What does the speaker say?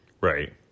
Right